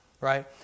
right